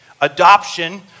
Adoption